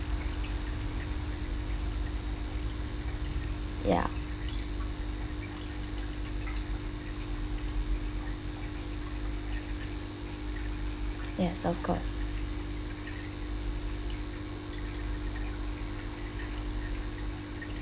ya yes of course